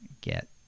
get